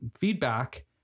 feedback